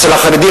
ואצל החרדים,